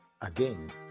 again